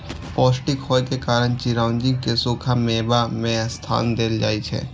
पौष्टिक होइ के कारण चिरौंजी कें सूखा मेवा मे स्थान देल जाइ छै